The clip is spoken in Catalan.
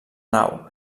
nau